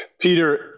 Peter